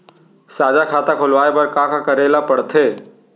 साझा खाता खोलवाये बर का का करे ल पढ़थे?